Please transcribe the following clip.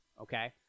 okay